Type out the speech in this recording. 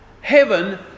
heaven